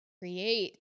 create